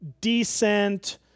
decent